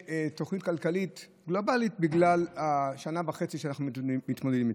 תוכנית כלכלית גלובלית בגלל השנה וחצי שאנחנו מתמודדים איתה.